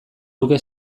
luke